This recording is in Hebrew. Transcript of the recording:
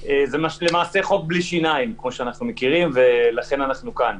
זה למעשה חוק בלי שיניים, ולכן אנחנו כאן.